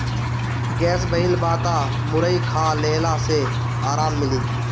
gas भइल बा तअ मुरई खा लेहला से आराम मिली